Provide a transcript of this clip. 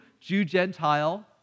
Jew-Gentile